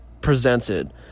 presented